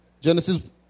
Genesis